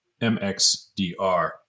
MXDR